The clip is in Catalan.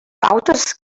pautes